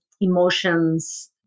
emotions